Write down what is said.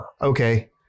okay